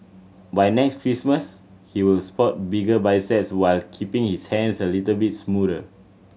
by next Christmas he will spot bigger biceps while keeping his hands a little bit smoother